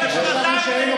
הוא לשנה, אנחנו לשנתיים.